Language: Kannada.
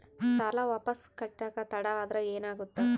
ಸಾಲ ವಾಪಸ್ ಕಟ್ಟಕ ತಡ ಆದ್ರ ಏನಾಗುತ್ತ?